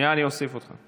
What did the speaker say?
שנייה, אני אוסיף אותך.